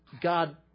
God